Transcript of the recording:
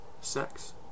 sex